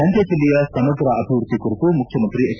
ಮಂಡ್ಕ ಜಿಲ್ಲೆಯ ಸಮಗ್ರ ಅಭಿವೃದ್ದಿ ಕುರಿತು ಮುಖ್ಯಮಂತ್ರಿ ಎಚ್